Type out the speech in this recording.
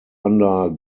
under